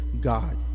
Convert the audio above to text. God